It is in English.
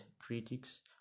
critics